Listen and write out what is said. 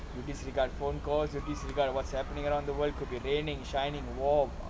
you disregard phone calls you disregard what's happening around the world could be raining shining war